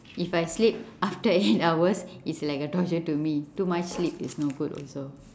if I sleep after eight hours is like a torture to me too much sleep is no good also